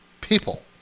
people